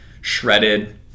shredded